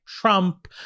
Trump